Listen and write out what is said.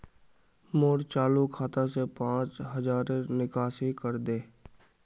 मोर चालु खाता से पांच हज़ारर निकासी करे दे